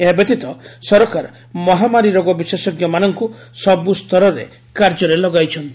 ଏହା ବ୍ୟତୀତ ସରକାର ମହାମାରୀ ରୋଗ ବିଶେଷଜ୍ଞମାନଙ୍କୁ ସବ୍ ସ୍ତରରେ କାର୍ଯ୍ୟରେ ଲଗାଇଛନ୍ତି